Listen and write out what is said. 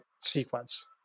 sequence